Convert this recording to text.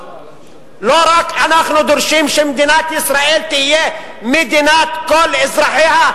לא רק שאנחנו דורשים שמדינת ישראל תהיה מדינת כל אזרחיה,